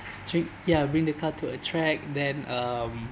ya bring the car to a track then um